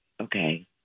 Okay